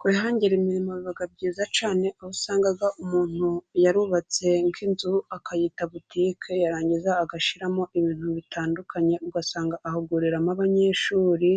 Kwihangira imirimo biba byiza cyane, aho usanga umuntu yarubatse nk'inzu akayita butike, yarangiza agashyiramo ibintu bitandukanye, ugasanga ahuguriramo abanyeshuri,